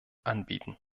anbieten